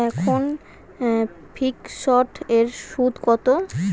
এখন ফিকসড এর সুদ কত?